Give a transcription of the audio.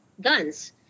guns